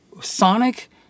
sonic